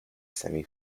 semi